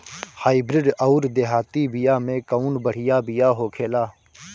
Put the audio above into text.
Hybrid अउर देहाती बिया मे कउन बढ़िया बिया होखेला?